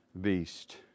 beast